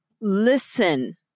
listen